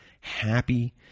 happy